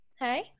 Hi